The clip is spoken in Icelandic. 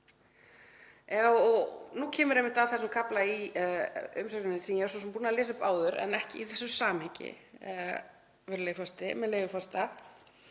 nú kemur einmitt að þessum kafla í umsögninni, sem ég er svo sem búin að lesa upp áður en ekki í þessu samhengi, með leyfi forseta: